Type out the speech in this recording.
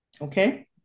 okay